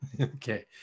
Okay